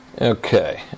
Okay